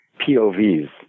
POVs